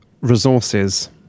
resources